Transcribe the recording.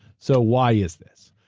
so why is this?